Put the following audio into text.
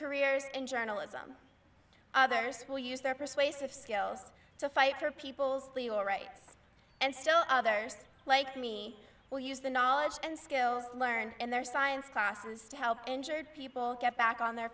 careers in journalism others will use their persuasive skills to fight for people's rights and still others like me will use the knowledge and skills learned in their science classes to help people get back on their